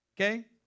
Okay